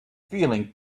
feeling